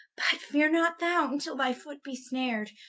feare not thou, vntill thy foot be snar'd,